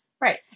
right